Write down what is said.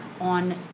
on